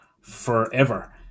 forever